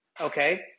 okay